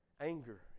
Anger